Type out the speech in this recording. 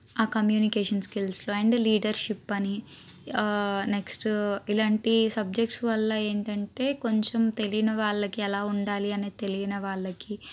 ఆ communication skills and leadership అని next ఇలాంటి సబ్జెక్ట్స్ వల్ల ఏంటంటే కొంచెం తెలియని వాళ్ళకి ఎలా ఉండాలి అని తెలియని వాళ్ళకి